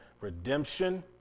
redemption